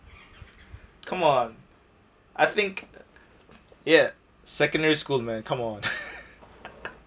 come on I think ya secondary school man come on